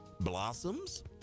blossoms